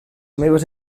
meves